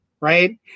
Right